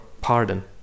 pardon